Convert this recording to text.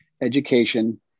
education